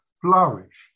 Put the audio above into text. flourish